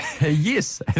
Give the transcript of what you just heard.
Yes